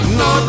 no